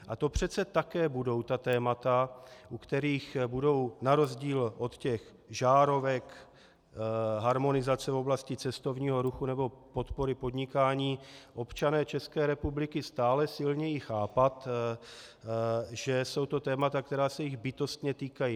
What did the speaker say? A to přece také budou ta témata, u kterých budou, na rozdíl od žárovek, harmonizace v oblasti cestovního ruchu nebo podpory podnikání, občané České republiky stále silněji chápat, že jsou to témata, která se jich bytostně týkají.